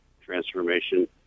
transformation